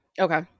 okay